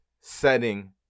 setting